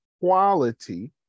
quality